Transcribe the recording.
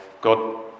God